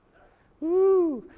whoo!